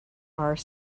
are